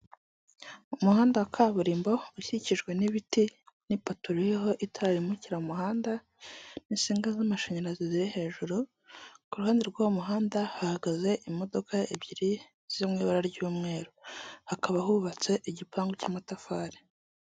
Umuhanda wa kaburimbo ukukuijwe n'ibiti n'ipoto ririho itara rimurikira mu muhanda n'insinga z'amashanyarazi ziri hejuru, ku ruhande rw'uwo muhanda hahagaze imodoka ebyiri ziri mu ibara ry'umweru, hakaba hubatse igipangu cy'amatafari.